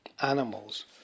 animals